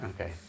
okay